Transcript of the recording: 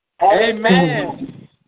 Amen